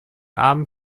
armen